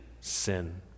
Sin